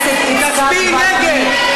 תצביעי נגד.